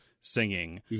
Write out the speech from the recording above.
singing